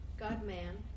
God-man